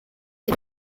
des